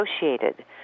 associated